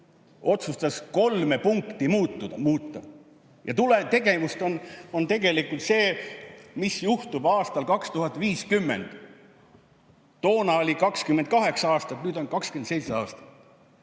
otsustas kolme punkti muuta ja tulemus on tegelikult see, mis juhtub aastal 2050. Toona oli 28 aastat, nüüd on 27 aastat.